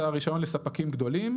זה הרישיון לספקים גדולים.